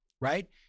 right